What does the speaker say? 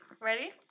ready